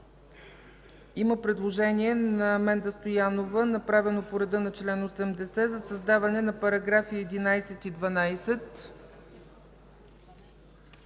Има предложение на Менда Стоянова, направено по реда на чл. 80, за създаване на параграфи 11 и 12.